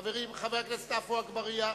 חבר הכנסת עפו אגבאריה,